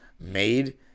made